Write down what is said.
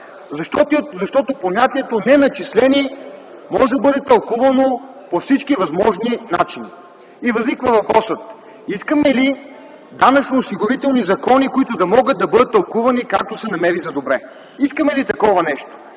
защото понятието „неначислени” може да бъде тълкувано по всички възможни начини. Възниква въпросът: искаме ли данъчно-осигурителни закони, които могат да бъдат тълкувани както се намери за добре? Искаме ли такова нещо?